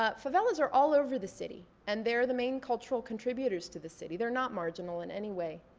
ah favelas are all over the city and they're the main cultural contributors to the city. they're not marginal in any way.